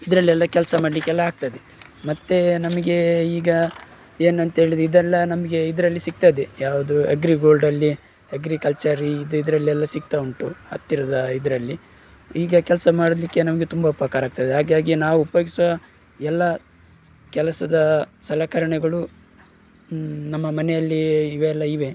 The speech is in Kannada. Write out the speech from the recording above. ಇದರಲ್ಲೆಲ್ಲ ಕೆಲಸ ಮಾಡಲಿಕ್ಕೆಲ್ಲ ಆಗ್ತದೆ ಮತ್ತು ನಮಗೆ ಈಗ ಏನಂತ ಹೇಳಿದ್ರ್ ಇದೆಲ್ಲ ನಮಗೆ ಇದರಲ್ಲಿ ಸಿಗ್ತದೆ ಯಾವ್ದು ಎಗ್ರಿಗೋಲ್ಡಲ್ಲಿ ಎಗ್ರಿಕಲ್ಚರ್ ಈ ಇದು ಇದರಲ್ಲೆಲ್ಲ ಸಿಗ್ತಾ ಉಂಟು ಹತ್ತಿರದ ಇದರಲ್ಲಿ ಈಗ ಕೆಲಸ ಮಾಡಲಿಕ್ಕೆ ನಮಗೆ ತುಂಬ ಉಪಕಾರ ಆಗ್ತದೆ ಹಾಗಾಗಿ ನಾವು ಉಪಯೋಗಿಸುವ ಎಲ್ಲ ಕೆಲಸದ ಸಲಕರಣೆಗಳು ನಮ್ಮ ಮನೆಯಲ್ಲೆಯೇ ಇವೆಲ್ಲ ಇವೆ